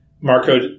Marco